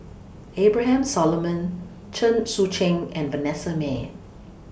Abraham Solomon Chen Sucheng and Vanessa Mae